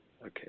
Okay